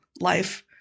life